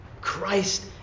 Christ